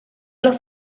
los